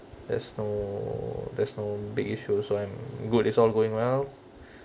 there's no there's no big issue so I'm good it's all going well